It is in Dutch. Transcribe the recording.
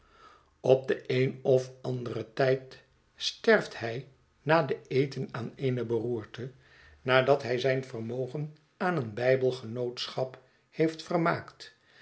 op den een of anderen tijd sterft hij na den eten aan eene beroerte nadat hij zyn vermogen aan een bijbelgenootschap heeft vermaakt